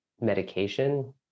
medication